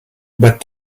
but